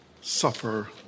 suffer